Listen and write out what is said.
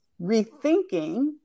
rethinking